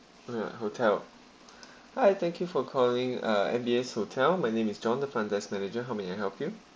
uh hotel hi thank you for calling uh M_B_S hotel my name is john the front desk manager how may I help you